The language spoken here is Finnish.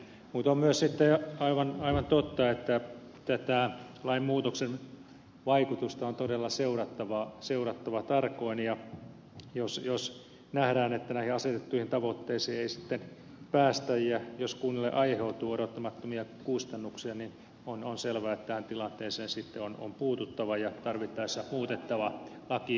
mutta on myös aivan totta että tätä lainmuutoksen vaikutusta on todella seurattava tarkoin ja jos nähdään että näihin asetettuihin tavoitteisiin ei sitten päästä ja jos kunnille aiheutuu odottamattomia kustannuksia niin on selvää että tähän tilanteeseen sitten on puututtava ja tarvittaessa muutettava lakia